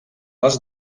les